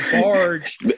barge